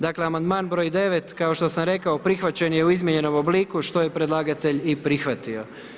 Dakle, amandman broj 9., kao što sam rekao prihvaćen je u izmijenjenom obliku što je predlagatelj i prihvatio.